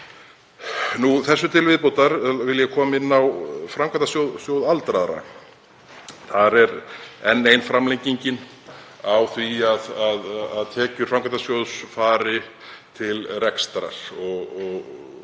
Þessu til viðbótar vil ég koma inn á Framkvæmdasjóð aldraðra. Þar er enn ein framlengingin á því að tekjur framkvæmdasjóðsins fari til rekstrar. Ég veit að